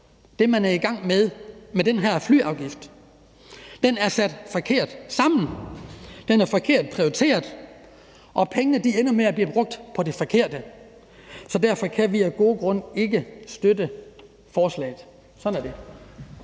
det, man er i gang med med den her flyafgift. Den er sat forkert sammen, den er forkert prioriteret, og pengene ender med at blive brugt på det forkerte. Derfor kan vi af gode grunde ikke støtte forslaget. Sådan er det.